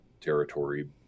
territory